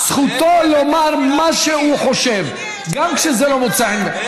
זכותו לומר מה שהוא חושב גם כשזה לא מוצא חן בעיניכם.